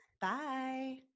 Bye